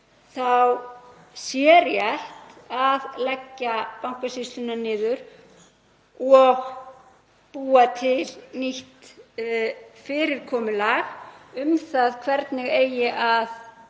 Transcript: þá sé rétt að leggja Bankasýsluna niður og búa til nýtt fyrirkomulag um það hvernig eigi að